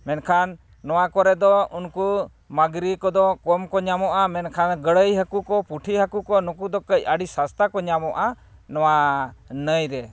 ᱢᱮᱱᱠᱷᱟᱱ ᱱᱚᱣᱟ ᱠᱚᱨᱮ ᱫᱚ ᱩᱱᱠᱩ ᱢᱟᱺᱜᱽᱨᱤ ᱠᱚᱫᱚ ᱠᱚᱢ ᱠᱚ ᱧᱟᱢᱚᱜᱼᱟ ᱢᱮᱱᱠᱷᱟᱱ ᱜᱟᱹᱲᱟᱹᱭ ᱦᱟᱹᱠᱩ ᱠᱚ ᱯᱩᱴᱷᱤ ᱦᱟᱹᱠᱩ ᱠᱚ ᱱᱩᱠᱩ ᱫᱚ ᱠᱟᱹᱡ ᱟᱹᱰᱤ ᱥᱚᱥᱛᱟ ᱠᱚ ᱧᱟᱢᱚᱜᱼᱟ ᱱᱚᱣᱟ ᱱᱟᱹᱭ ᱨᱮ